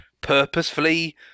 purposefully